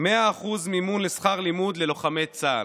100% מימון שכר לימוד ללוחמי צה"ל.